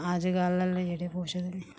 अज्जकल आह्ले जेह्ड़े कुछ निं